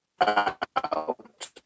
out